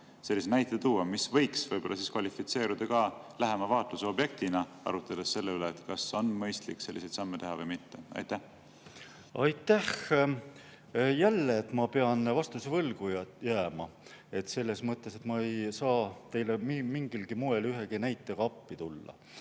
sellise näite, mis võiks võib-olla kvalifitseeruda ka lähema vaatluse objektina, kui arutleda selle üle, kas on mõistlik selliseid samme teha või mitte. Aitäh! Jälle pean ma vastuse võlgu jääma, selles mõttes, et ma ei saa teile mingilgi moel ühegi näitega appi tulla.